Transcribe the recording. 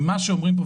ממה שאומרים לי,